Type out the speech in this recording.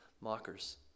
mockers